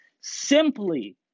simply